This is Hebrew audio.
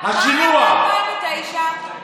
ב-2009 מה היה?